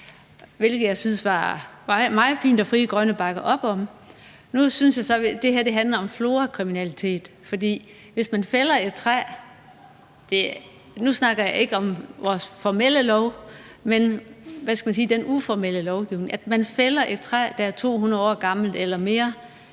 hvilket jeg synes var meget fint og Frie Grønne bakker op om. Nu synes jeg så, det her handler om florakriminalitet, for hvis man fælder et træ – og nu snakker jeg ikke om vores formelle love, men, hvad skal man sige, den uformelle lovgivning – der er 200 år gammelt eller mere,